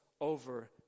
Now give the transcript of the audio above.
over